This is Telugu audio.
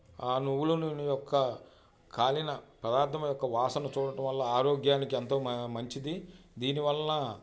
ఆ నువ్వుల నూనె యొక్క కాలిన పదార్థం యొక్క వాసన చూడటం వల్ల ఆరోగ్యానికి ఎంతో మా మంచిది దీని వలన